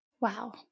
Wow